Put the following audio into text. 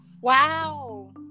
Wow